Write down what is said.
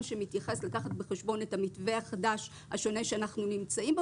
לקחת בחשבון את המתווה החדש השונה שאנחנו נמצאים בו